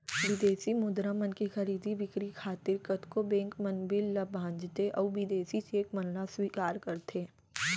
बिदेसी मुद्रा मन के खरीदी बिक्री खातिर कतको बेंक मन बिल ल भँजाथें अउ बिदेसी चेक मन ल स्वीकार करथे